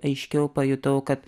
aiškiau pajutau kad